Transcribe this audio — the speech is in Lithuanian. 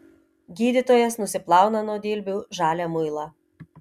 gydytojas nusiplauna nuo dilbių žalią muilą